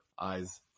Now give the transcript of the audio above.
eyes